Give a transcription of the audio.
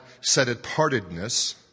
set-apartedness